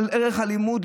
אבל ערך הלימוד,